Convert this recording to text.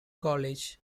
college